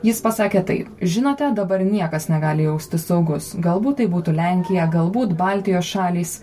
jis pasakė taip žinote dabar niekas negali jaustis saugus galbūt tai būtų lenkija galbūt baltijos šalys